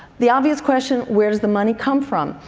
the obvious question, where does the money come from?